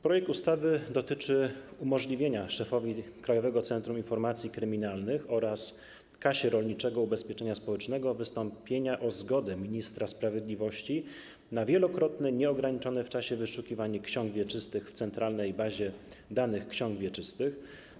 Projekt ustawy dotyczy umożliwienia szefowi Krajowego Centrum Informacji Kryminalnych oraz Kasie Rolniczego Ubezpieczenia Społecznego wystąpienia o zgodę ministra sprawiedliwości na wielokrotne, nieograniczone w czasie wyszukiwanie ksiąg wieczystych w centralnej bazie danych ksiąg wieczystych.